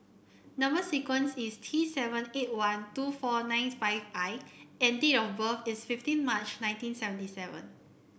number sequence is T seven eight one two four nine five I and date of birth is fifteen March nineteen seventy seven